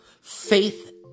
faith